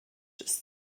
ist